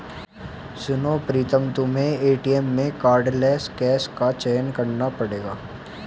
सुनो प्रीतम तुम्हें एटीएम में कार्डलेस कैश का चयन करना पड़ेगा